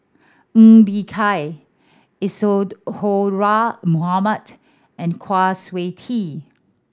Ng Bee Kia Isadhora Mohamed and Kwa Siew Tee